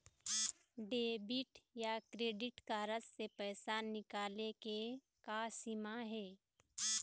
Debit या credit card से पैसा निकाले के का सीमा हे?